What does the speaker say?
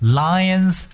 lions